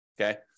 okay